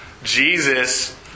Jesus